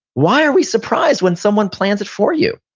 why are we surprised when someone plans it for you?